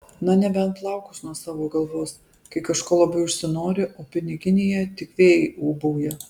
na nebent plaukus nuo savo galvos kai kažko labai užsinori o piniginėje tik vėjai ūbauja